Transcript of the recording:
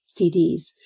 CDs